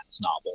novel